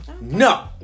no